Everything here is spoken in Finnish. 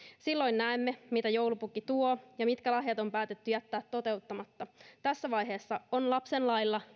silloin näemme mitä joulupukki tuo ja mitkä lahjat on päätetty jättää toteuttamatta tässä vaiheessa on lapsen lailla